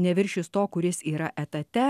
neviršys to kuris yra etate